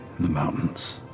in the mountains.